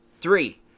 three